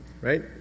right